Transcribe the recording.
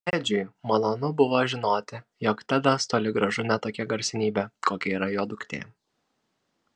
edžiui malonu buvo žinoti jog tedas toli gražu ne tokia garsenybė kokia yra jo duktė